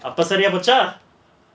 அப்போ சரியா போச்சா:appo sariyaa pochaa